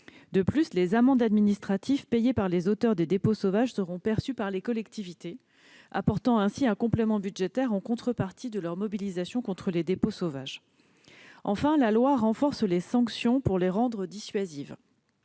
De plus, les amendes administratives payées par les auteurs de dépôts sauvages sont perçues par les collectivités, apportant ainsi un complément budgétaire en contrepartie de leur mobilisation contre ces dépôts. Enfin, la loi renforce les sanctions pour les rendre dissuasives.